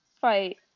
Fight